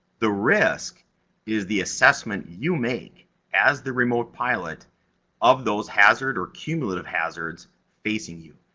the risk is the assessment you make as the remote pilot of those hazard or cumulative hazards facing you.